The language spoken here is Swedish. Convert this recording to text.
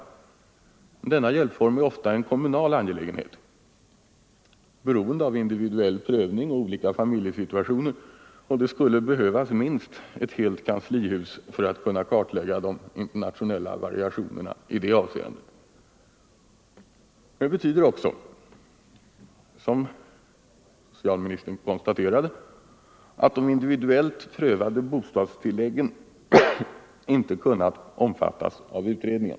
Men denna hjälpform är ofta en kommunal angelägenhet, beroende av individuell prövning och olika familjesituationer, och det skulle behövas minst ett helt kanslihus för att kunna kartlägga de internationella variationerna i det avseendet. Det betyder också, som socialministern konstaterade, att de individuellt prövade bostadstilläggen inte kunnat omfattas av utredningen.